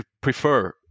prefer